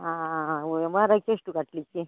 ಹಾಂ ವಾರಕ್ಕೆ ಎಷ್ಟು ಕಟ್ಟಲಿಕ್ಕೆ